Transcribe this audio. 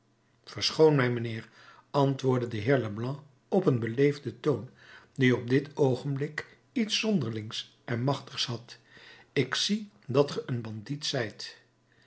verschoon mij mijnheer antwoordde de heer leblanc op een beleefden toon die op dit oogenblik iets zonderlings en machtigs had ik zie dat ge een bandiet zijt